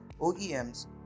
OEMs